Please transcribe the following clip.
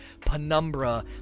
Penumbra